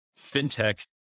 fintech